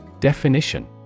Definition